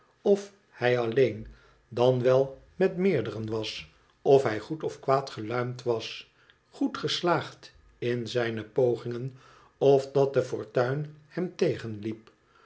of hij alleen dan wel met meerderen was of hij goed of kwaad geluimd was goed geslaagd in zijne pogingen of dat de fortuin hem